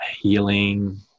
healing